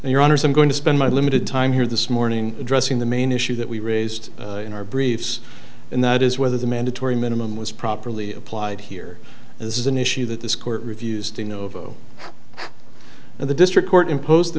honors i'm going to spend my limited time here this morning addressing the main issue that we raised in our briefs and that is whether the mandatory minimum was properly applied here this is an issue that this court refused to know of and the district court imposed a